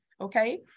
Okay